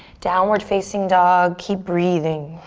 downward facing dog. keep breathing.